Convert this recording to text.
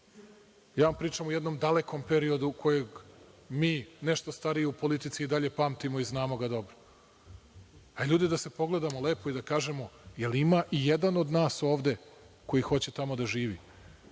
Ja vam pričam o jednom dalekom periodu koji mi nešto stariji u politici i dalje pamtimo i znamo ga dobro. Ljudi, da se pogledamo lepo i da kažemo da li ima i jedan od nas ovde koji hoće tamo da živi?